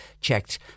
checked